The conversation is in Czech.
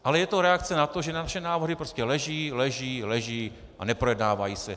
Ale je to reakce na to, že naše návrhy prostě leží, leží, leží a neprojednávají se.